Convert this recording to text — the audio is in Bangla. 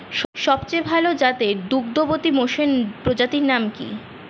সবচেয়ে ভাল জাতের দুগ্ধবতী মোষের প্রজাতির নাম কি?